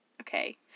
Okay